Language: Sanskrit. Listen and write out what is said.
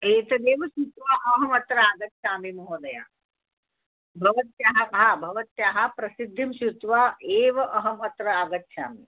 एतदेव श्रुत्वा अहमत्र आगच्छामि महोदया भवत्याः हा भवत्याः प्रसिद्धिं श्रुत्वा एव अहमत्र आगच्छामि